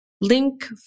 link